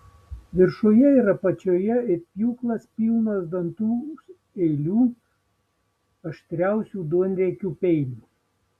viršuje ir apačioje it pjūklas pilnos dantų eilių aštriausių duonriekių peilių